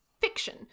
fiction